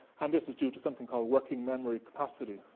and this is due to something called working memory capacity.